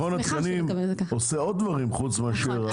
מכון התקנים עושה עוד דברים חוץ מאשר תקינה.